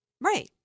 Right